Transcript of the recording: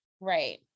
right